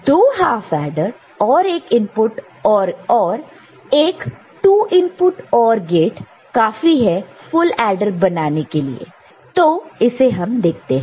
दो half adder और एक 2 इनपुट OR गेट काफी है फुल ऐडर बनाने के लिए तो इसे हम देखते हैं